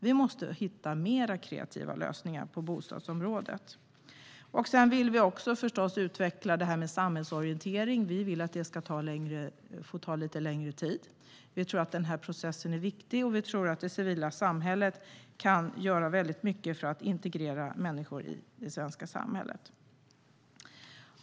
Vi måste hitta fler kreativa lösningar på bostadsområdet. Vi vill också utveckla detta med samhällsorientering. Vi vill att det ska få ta lite längre tid. Vi tror att den processen är viktig och att det civila samhället kan göra mycket för att integrera människor i det svenska samhället.